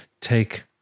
take